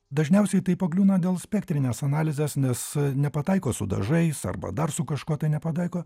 dažniausiai tai pakliūna dėl spektrinės analizės nes nepataiko su dažais arba dar su kažkuo tai nepataiko